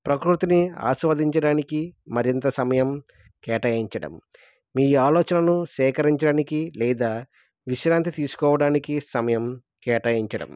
ప్రకృతిని ఆస్వాదించడానికి మరింత సమయం కేటాయించడం మీ ఆలోచనను సేకరించడానికి లేదా విశ్రాంతి తీసుకోవడానికి సమయం కేటాయించడం